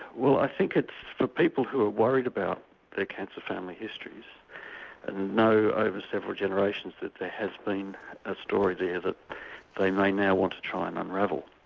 well i think it's for people who are worried about their cancer family histories and know over several generations that there has been a story there that they may now want to try and unravel.